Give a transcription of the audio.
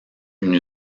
une